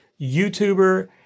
YouTuber